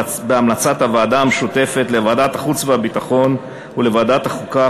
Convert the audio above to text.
הוועדה המשותפת לוועדת החוץ והביטחון ולוועדת החוקה,